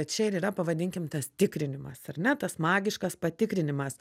čia ir yra pavadinkim tas tikrinimas ar ne tas magiškas patikrinimas